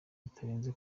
bitarenze